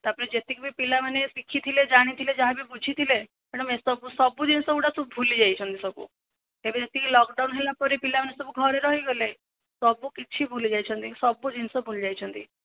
ତାପରେ ଯେତିକି ବି ପିଲାମାନେ ଶିଖିଥିଲେ ଜାଣିଥିଲେ ଯାହା ବି ବୁଝିଥିଲେ ମ୍ୟାଡ଼ମ ଏସବୁ ସବୁ ଜିନିଷ ଗୁଡ଼ା ସବୁ ଭୁଲି ଯାଇଛନ୍ତି ସବୁ ଏବେ ଏତିକି ଲକଡାଉନ ହେଲାପରେ ପିଲାମାନେ ସବୁ ଘରେ ରହିଗଲେ ସବୁ କିଛି ଭୁଲି ଯାଇଛନ୍ତି ସବୁ ଜିନିଷ ଭୁଲି ଯାଇଛନ୍ତି